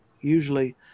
usually